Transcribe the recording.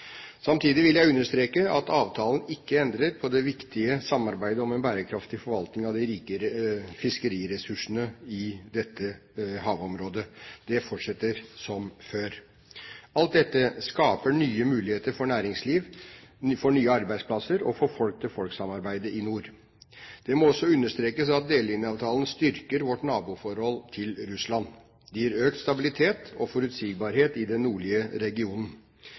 Samtidig vil jeg understreke at avtalen ikke endrer på det viktige samarbeidet om en bærekraftig forvaltning av de rike fiskeriressursene i dette havområdet. Det fortsetter som før. Alt dette skaper nye muligheter for næringsliv, for nye arbeidsplasser og for folk-til-folk-samarbeid i nord. Det må også understrekes at delelinjeavtalen styrker vårt naboforhold til Russland. Det gir økt stabilitet og forutsigbarhet i den nordlige regionen,